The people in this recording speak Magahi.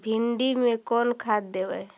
भिंडी में कोन खाद देबै?